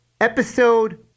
episode